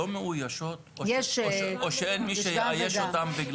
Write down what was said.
לא מאוישות או שאין מי שיאייש אותן?